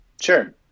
Sure